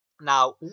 Now